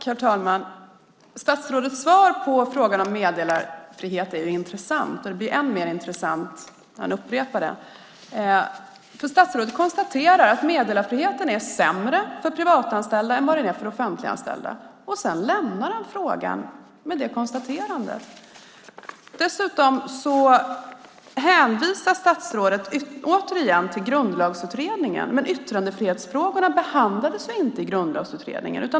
Herr talman! Statsrådets svar på frågan om meddelarfrihet är intressant. Det blir än mer intressant när han upprepar det. Statsrådet konstaterar att meddelarfriheten är sämre för privatanställda än för offentliganställda. Han lämnar frågan med det konstaterandet. Dessutom hänvisar statsrådet återigen till Grundlagsutredningen. Men yttrandefrihetsfrågorna behandlades ju inte i Grundlagsutredningen.